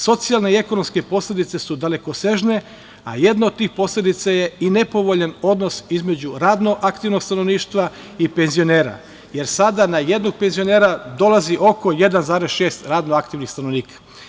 Socijalne i ekonomske posledice su dalekosežne, a jedna od tih posledica je i nepovoljan odnos između radno aktivnog stanovništva i penzionera jer sada na jednog penzionera dolazi oko 1,6 radno aktivnih stanovnika.